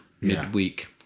midweek